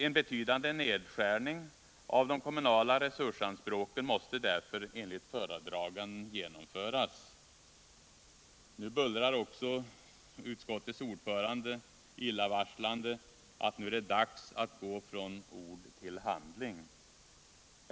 En betydande nedskärning av de kommunala resursanspråken måste därför enligt föredraganden genomföras.” På den punkten bullrar också utskottets ordförande illavarslande om att det nu är dags att gå från ord till handling.